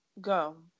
go